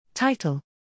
Title